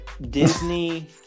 Disney